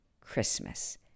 Christmas